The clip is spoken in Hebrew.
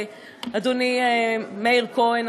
אדוני מאיר כהן,